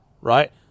right